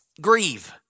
Grieve